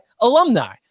alumni